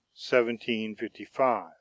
1755